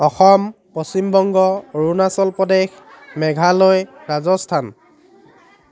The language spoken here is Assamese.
অসম পশ্চিমবংগ অৰুণাচল প্ৰদেশ মেঘালয় ৰাজস্থান